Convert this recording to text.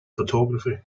photography